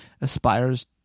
aspires